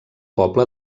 poble